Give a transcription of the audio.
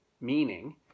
meaning